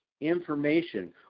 information